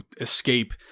escape